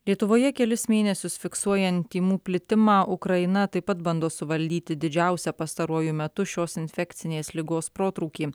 lietuvoje kelis mėnesius fiksuojant tymų plitimą ukraina taip pat bando suvaldyti didžiausią pastaruoju metu šios infekcinės ligos protrūkį